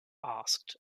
asked